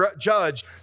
judge